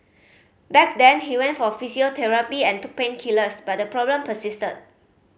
back then he went for physiotherapy and took painkillers but the problem persisted